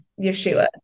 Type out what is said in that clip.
Yeshua